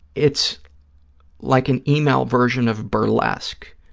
it's like an yeah e-mail version of burlesque,